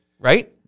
right